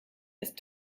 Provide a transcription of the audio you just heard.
ist